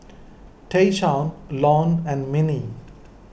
Tayshaun Lon and Minnie